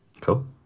Cool